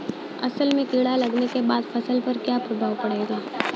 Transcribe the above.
असल में कीड़ा लगने के बाद फसल पर क्या प्रभाव पड़ेगा?